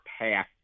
path